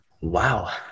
Wow